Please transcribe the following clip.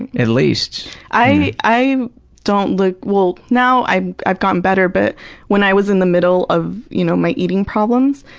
and at least. n i don't look well, now i've i've gotten better, but when i was in the middle of you know my eating problems,